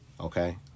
okay